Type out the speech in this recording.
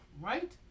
right